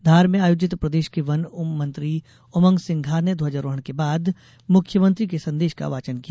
धार में आयोजित प्रदेश के वन मंत्री उमंग सिंघार ने ध्वजारोहण के बाद मुख्यमंत्री के संदेश का वाचन किया